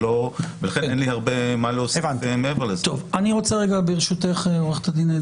זה לא שנצליח בעוד חצי שעה לשנות את דעתה של עורכת הדין אדרי.